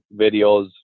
videos